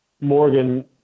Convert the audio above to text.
Morgan